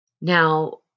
now